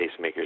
pacemakers